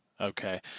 Okay